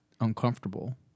uncomfortable